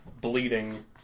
Bleeding